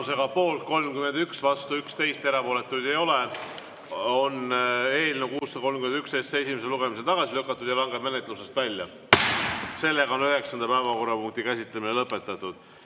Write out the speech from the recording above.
Tulemusega poolt 31, vastu 11, erapooletuid ei ole, on eelnõu 631 esimesel lugemisel tagasi lükatud ja langeb menetlusest välja. Üheksanda päevakorrapunkti käsitlemine on lõpetatud.